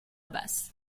basse